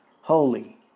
holy